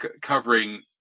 covering